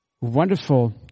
wonderful